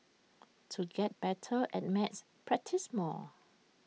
to get better at maths practise more